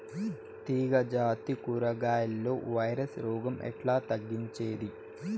తీగ జాతి కూరగాయల్లో వైరస్ రోగం ఎట్లా తగ్గించేది?